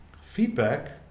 feedback